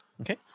Okay